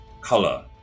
color